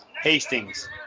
Hastings